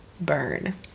burn